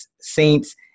Saints